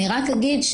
אני רק אגיד,